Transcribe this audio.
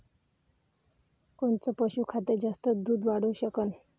कोनचं पशुखाद्य जास्त दुध वाढवू शकन?